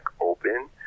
open